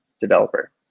developer